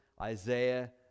Isaiah